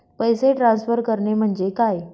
पैसे ट्रान्सफर करणे म्हणजे काय?